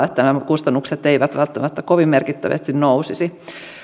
että nämä kustannukset eivät välttämättä kovin merkittävästi nousisi